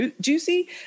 juicy